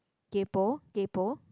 kaypo kaypo